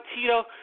Tito